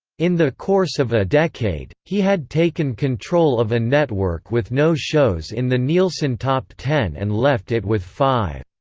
in the course of a decade, he had taken control of a network with no shows in the nielsen top ten and left it with five.